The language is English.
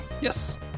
yes